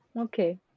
Okay